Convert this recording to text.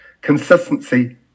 consistency